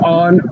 on